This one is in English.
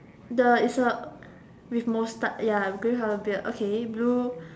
the is the with moustache ya green colour beard okay blue